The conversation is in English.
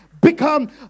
become